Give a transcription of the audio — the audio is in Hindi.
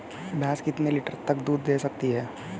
भैंस कितने लीटर तक दूध दे सकती है?